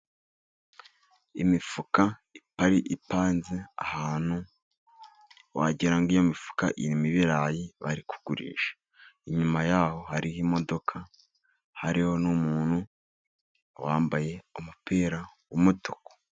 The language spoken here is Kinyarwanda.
Imifuka ipanze ahantu wagirango ngo iyo mifukarimo ibirayi bari kugurisha. Inyuma yaho hariho imodoka, hariho n'umuntu wambaye umupira w umutuku.